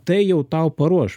tai jau tau paruoš